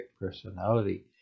personality